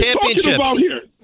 championships